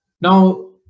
now